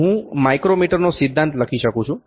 હું માઈક્રોમીટરનો સિદ્ધાંત લખી શકું છું